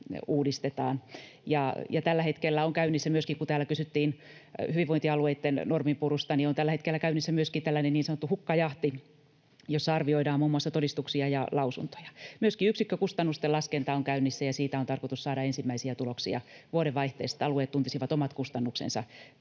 uudistetaan. Ja tällä hetkellä on käynnissä myöskin — kun täällä kysyttiin hyvinvointialueitten norminpurusta — tällainen niin sanottu hukkajahti, jossa arvioidaan muun muassa todistuksia ja lausuntoja. Myöskin yksikkökustannusten laskenta on käynnissä, ja siitä on tarkoitus saada ensimmäisiä tuloksia vuodenvaihteessa, että alueet tuntisivat omat kustannuksensa